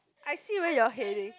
I see where you're heading